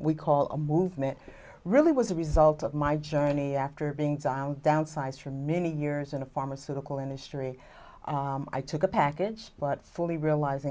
we call a movement really was a result of my journey after being downsized for many years in a pharmaceutical industry i took a package but fully realizing